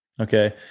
Okay